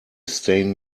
stain